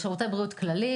שירותי בריאות כללית,